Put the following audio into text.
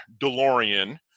Delorean